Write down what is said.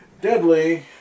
Deadly